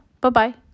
Bye-bye